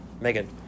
Megan